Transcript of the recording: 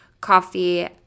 coffee